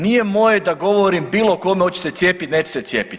Nije moje da govorim bilo kome hoćeš se cijepiti, nećeš se cijepiti.